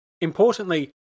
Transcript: Importantly